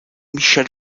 michel